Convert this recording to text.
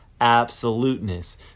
absoluteness